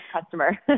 customer